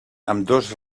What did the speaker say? ambdós